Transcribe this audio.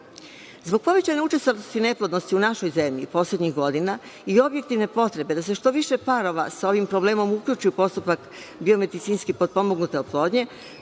povećane učestalosti neplodnosti u našoj zemlji poslednjih godina i objektivne potrebe da se što više parova sa ovim problemom uključi u postupak biomedicinski potpomognute oplodnje